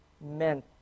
meant